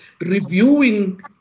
reviewing